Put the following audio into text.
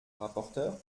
rapporteur